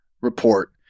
report